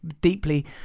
deeply